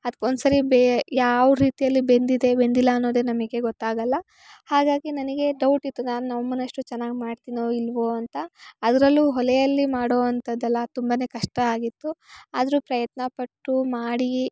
ಅದ್ಕೆ ಒಂದ್ಸರಿ ಬೇ ಯಾವ ರೀತಿಯಲ್ಲಿ ಬೆಂದಿದೆ ಬೆಂದಿಲ್ಲ ಅನ್ನೋದೆ ನಮಗೆ ಗೊತ್ತಾಗೋಲ್ಲ ಹಾಗಾಗಿ ನನಗೆ ಡೌಟ್ ಇತ್ತು ನಾನು ನಮ್ಮಅಮ್ಮನಷ್ಟು ಚೆನ್ನಾಗ್ ಮಾಡ್ತಿನೋ ಇಲ್ವೋ ಅಂತ ಅದರಲ್ಲು ಒಲೆಯಲ್ಲಿ ಮಾಡೋವಂಥದ್ದಲ ತುಂಬಾ ಕಷ್ಟ ಆಗಿತ್ತು ಆದರು ಪ್ರಯತ್ನಪಟ್ಟು ಮಾಡೀ